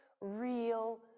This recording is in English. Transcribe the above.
real